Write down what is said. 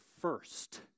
first